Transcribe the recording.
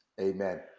Amen